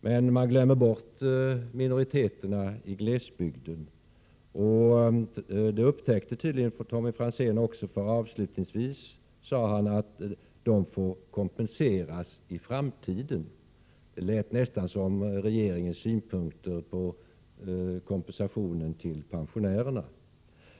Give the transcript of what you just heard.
Men man glömmer bort minoriteterna i glesbygderna. Det upptäckte tydligen Tommy Franzén, eftersom han i slutet av sitt anförande sade att de får kompenseras i framtiden. Det lät nästan som regeringens synpunkter på kompensation till pensionärerna.